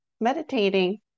meditating